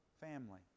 family